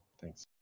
thanks